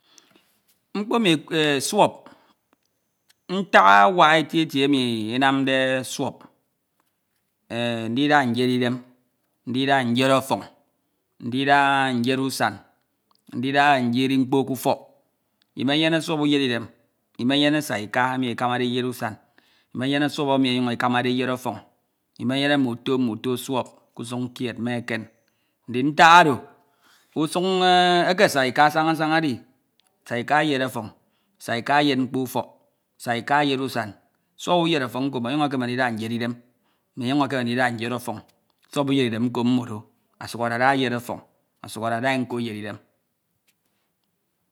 . Mkpo emi eh suop, ntak awak eti eti enu ensmde suọp, ndida nyere idem, ndida nyea ọfọñ ndida nyed usañ, ndida nyeri mkpo ke ufọk. Imenyene suọp uyse idem, imenyene saika emi ekemade eyed usañ, imenyene emi enyuñ ekamade eyed ọfọñ imenyene mme uto mme uto suọp ke usuñ kied me eken. Ndin ntak oro usun eke saika asaña asaña edi saika eyed ọfọñ, saika eyed mkpo ufọk, saika eyed usañ, suọp eyed ọfọñ nko omomyuñ ekeme ndida nyere idem, menyuñ ekeme ndida nyed ọfọñ, suọp uyere idem nko mmodo ọsuk adada eyed ọfọñ, ọsuk adada nko eyed idem.